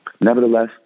Nevertheless